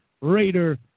Raider